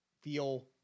feel